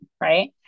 right